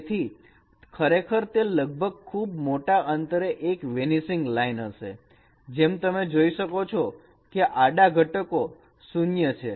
અને તેથી ખરેખર તે લગભગ ખૂબ મોટા અંતરે એક વેનીસિંગ લાઈન હશે જેમ તમે જોઈ શકો છો કે આ આડા ઘટકો 0 છે